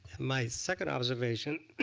my second observation